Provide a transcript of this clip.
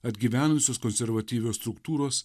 atgyvenusios konservatyvios struktūros